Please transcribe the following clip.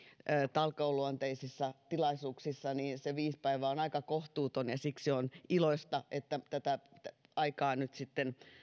talkooluonteisissa tilaisuuksissa niin se viisi päivää on aika kohtuuton ja siksi on iloista että tätä aikaa nyt sitten